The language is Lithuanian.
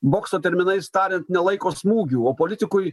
bokso terminais tariant nelaiko smūgių o politikui